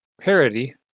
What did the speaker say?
parody